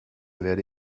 werde